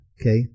okay